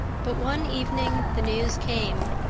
but one evening the news came.